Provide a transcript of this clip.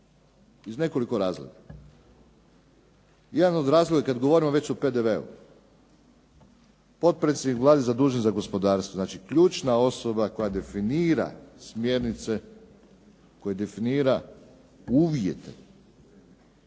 Iz nekoliko razloga. Javno zdravstveno je, kad govorimo već o PDV-u, potpredsjednik Vlade zadužen za gospodarstvo. Znači ključna osoba koja definira smjernice, koji definira uvjete